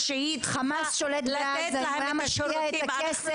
חמאס שולט בעזה אם הוא היה משקיע את הכסף